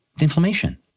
inflammation